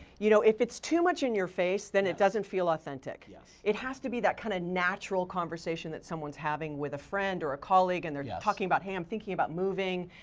you know if it's too much in your face, then it doesn't feel authentic. yeah it has to be that kind of natural conversation that someone's having with a friend or a colleague and they're yeah talking about, hey i'm thinking about moving.